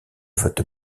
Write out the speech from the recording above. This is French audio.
vote